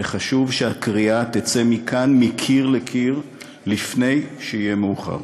וחשוב שהקריאה תצא מכאן מקיר לקיר לפני שיהיה מאוחר.